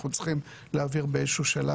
אנחנו צריכים להעביר באיזשהו שלב,